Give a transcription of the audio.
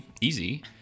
easy